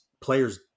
players